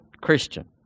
Christian